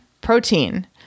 Protein